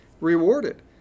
rewarded